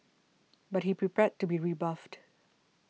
but be prepared to be rebuffed